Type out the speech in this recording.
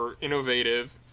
innovative